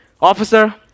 Officer